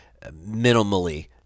minimally